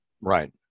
Right